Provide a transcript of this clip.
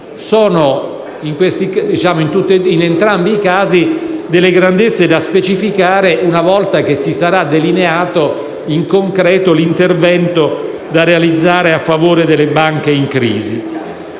Sono in entrambi i casi delle grandezze da specificare una volta che si sarà delineato in concreto l'intervento da realizzare in favore delle banche in crisi.